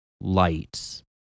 light